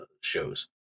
shows